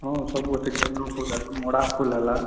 ହଁ ସବୁ ଅଛି ଗେଣ୍ଡୁ ଫୁଲ୍ ମଣ୍ଡା ଫୁଲ୍ ହେଲା